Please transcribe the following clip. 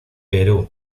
perú